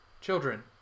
Children